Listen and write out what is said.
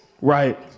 Right